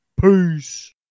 Peace